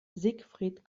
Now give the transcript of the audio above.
siegfried